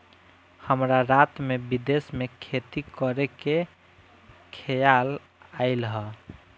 हमरा रात में विदेश में खेती करे के खेआल आइल ह